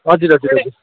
हजुर हजुर हजुर